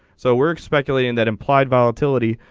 so we're expecting the in that implied volatility.